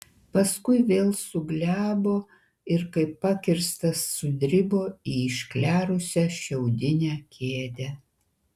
paskui vėl suglebo ir kaip pakirstas sudribo į išklerusią šiaudinę kėdę